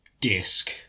disc